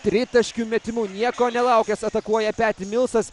tritaškiu metimu nieko nelaukęs atakuoja peti milsas